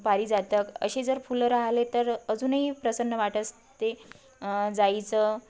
पारिजातक असे जर फुलं राहले तर अजूनही प्रसन्न वाट असते जाईचं